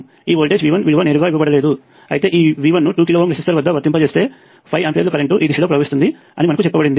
ఈ voltage V1 విలువ నేరుగా ఇవ్వబడలేదు అయితే V1 ను 2K రెసిస్టర్ వద్ద వర్తింపజేస్తే 5 ఆంపియర్లు కరెంట్ ఈ దిశలో ప్రవహిస్తుంది అని మనకు చెప్పబడింది